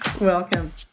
Welcome